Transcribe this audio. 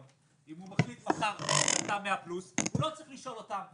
מחליט שאתה 100+ הוא לא צריך לשאול אותם.